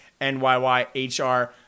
NYYHR